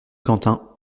quentin